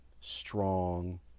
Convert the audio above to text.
strong